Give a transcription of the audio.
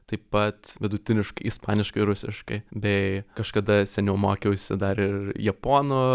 taip pat vidutiniškai ispaniškai rusiškai bei kažkada seniau mokiausi dar ir japonų